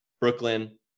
Brooklyn